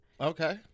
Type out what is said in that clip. Okay